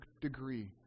degree